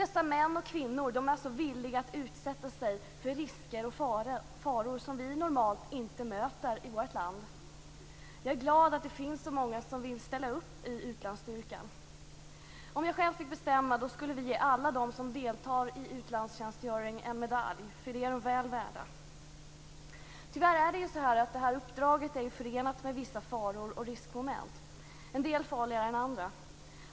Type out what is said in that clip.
Dessa män och kvinnor är alltså villiga att utsätta sig för risker och faror som vi normalt inte möter i vårt land. Jag är glad att det finns så många som vill ställa upp i utlandsstyrkan. Om jag själv fick bestämma skulle vi ge alla dem som deltar i utlandstjänstgöring en medalj, för det är de väl värda. Tyvärr är det här uppdraget förenat med vissa faror och riskmoment, en del farligare än andra.